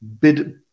bid